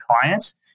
clients